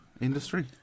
industry